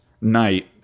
night